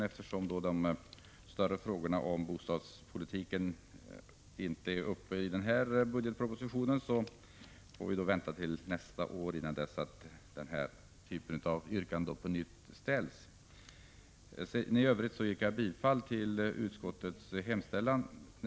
Eftersom de övergripande frågorna på bostadspolitikens område inte har behandlats i årets budgetproposition får vi vänta till nästa år innan vi framställer yrkandet på nytt. I övrigt yrkar jag bifall till utskottets hemställan.